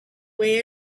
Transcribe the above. way